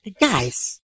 Guys